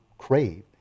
crave